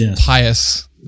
pious